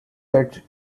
that